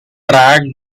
track